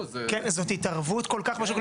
זאת התערבות כל כך בשוק.